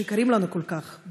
שיקרים לנו כל כך,